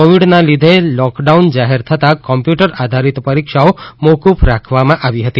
કોવિડના લીધે લોકડાઉન જાહેર થતા કમ્પ્યૂટર આધારિત પરિક્ષાઓ મોકુફ રાખવામાં આવી હતી